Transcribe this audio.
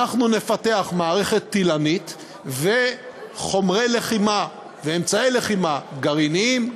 אנחנו נפתח מערכת טילנית וחומרי לחימה ואמצעי לחימה גרעיניים,